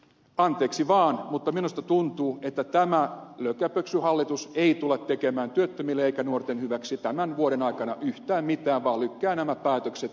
anteeksi vaan mutta minusta tuntuu että tämä lökäpöksyhallitus ei tule tekemään työttömien eikä nuorten hyväksi tämän vuoden aikana yhtään mitään vaan lykkää nämä päätökset eteenpäin